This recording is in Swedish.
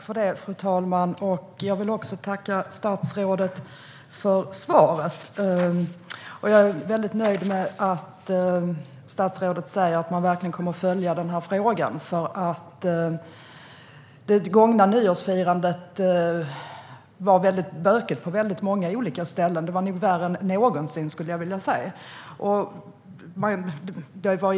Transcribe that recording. Fru talman! Jag tackar statsrådet för svaret. Jag är nöjd med att statsrådet säger att man verkligen kommer att följa frågan. Det gångna nyårsfirandet var väldigt bökigt på många olika ställen; jag skulle vilja säga att det nog var värre än någonsin.